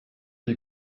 die